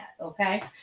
okay